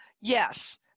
Yes